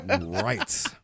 Right